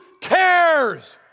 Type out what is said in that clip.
cares